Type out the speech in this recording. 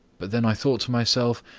but then i thought to myself,